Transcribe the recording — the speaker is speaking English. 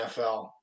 NFL